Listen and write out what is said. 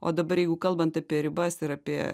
o dabar jeigu kalbant apie ribas ir apie